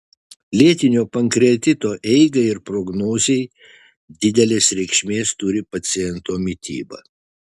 lėtinio pankreatito eigai ir prognozei didelės reikšmės turi paciento mityba